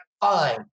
fine